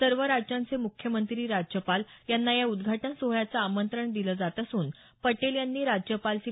सर्व राज्यांचे मुख्यमंत्री राज्यपाल यांना या उद्घाटन सोहळ्याचं आमंत्रण दिलं जात असून पटेल यांनी राज्यपाल सी